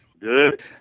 good